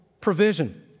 provision